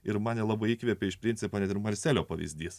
ir man nelabai įkvepia iš principo net ir marselio pavyzdys